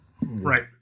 right